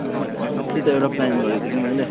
ए त्यही त एउटा प्लान गरेको थिएँ कि मैले